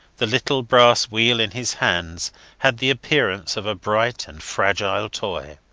the little brass wheel in his hands had the appearance of a bright and fragile toy.